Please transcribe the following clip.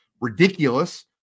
ridiculous